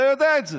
אתה יודע את זה.